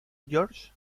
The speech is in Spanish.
george